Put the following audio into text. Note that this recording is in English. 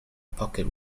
pocket